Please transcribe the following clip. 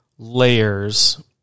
layers